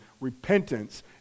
Repentance